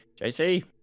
JC